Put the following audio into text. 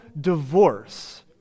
divorce